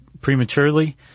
prematurely